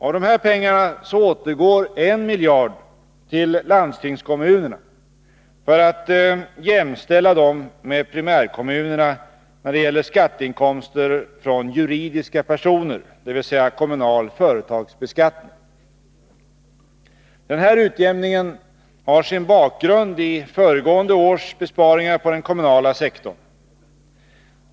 Av dessa pengar återgår 1 miljard till landstingskommunerna för att jämställa dem med primärkommunerna när det gäller skatteinkomster från juridiska personer, dvs. kommunal företagsbeskattning. Den här utjämningen har sin bakgrund i föregående års besparingar i den kommunala sektorn.